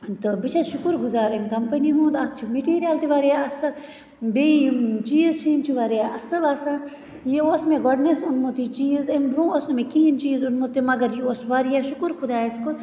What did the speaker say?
تہٕ بہٕ چھَس شُکُر گُزار امہِ کَمپٔنی ہُنٛد اَتھ چھُ مِٹیٖریل تہِ واریاہ اصٕل بیٚیہِ یِم چیٖز چھِ یِم چھِ واریاہ اصٕل آسان یہِ اوس مےٚ گۄڈنیٚتھ اوٚنمُت یہِ چیٖز امہِ برٛونٛہہ اوس نہٕ مےٚ کِہیٖنٛۍ چیٖز اوٚنمُت تہٕ مگر یہِ اوس واریاہ شُکُر خۄدایَس کُن